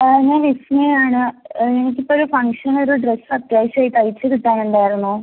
ഞാൻ ലക്ഷ്മിയാണ് എനിക്കിപ്പൊരു ഫംഗ്ഷനൊരു ഡ്രസ്സ് അത്യാവശ്യമായി തയ്ച്ച് കിട്ടാനുണ്ടായിരുന്നു